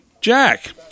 Jack